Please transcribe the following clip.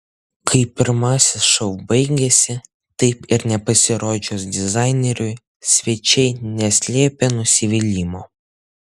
kai pirmasis šou baigėsi taip ir nepasirodžius dizaineriui svečiai neslėpė nusivylimo